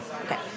Okay